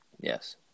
Yes